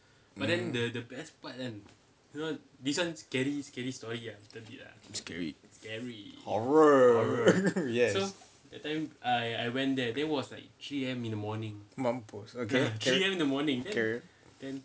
scary horror yes mampus okay carry on carry on